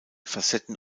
facetten